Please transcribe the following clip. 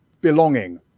Belonging